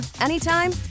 anytime